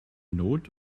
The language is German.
not